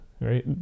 right